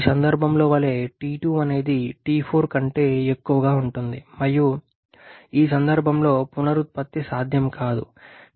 ఈ సందర్భంలో వలె T2 అనేది T4 కంటే ఎక్కువగా ఉంటుంది మరియు ఈ సందర్భంలో పునరుత్పత్తి సాధ్యం కాదు